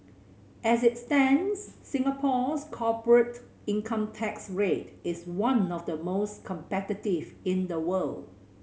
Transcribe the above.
as it stands Singapore's corporate income tax rate is one of the most competitive in the world